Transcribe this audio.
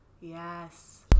Yes